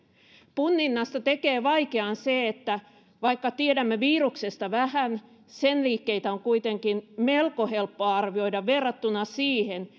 punninnasta tekee vaikean se että vaikka tiedämme viruksesta vähän sen liikkeitä on kuitenkin melko helppo arvioida verrattuna siihen